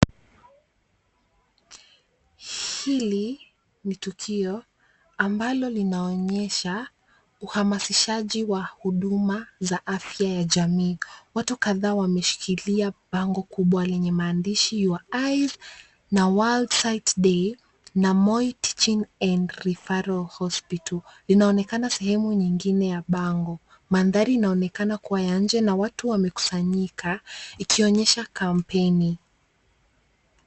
Hili ni tukio ambalo linaonyesha uhamashishaji wa huduma za afya ya jamii. Watu kadhaa wameshikilia bango kubwa lenye maandishi YOUR EYES na WORLD SIGHT DAY na MOI TEACHING AND REFERRAL HOSPITAL linaonekana sehemu nyingine ya bango. Mandhari inaonekana kuwa ya nje na watu wamekusanyika ikionyesha kampeni.